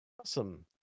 Awesome